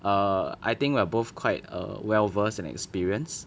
err I think we are both quite err well versed and experienced